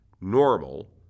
normal